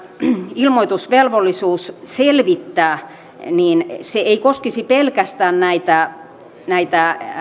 ilmoitusvelvollisuus selvittää ei koskisi pelkästään näitä näitä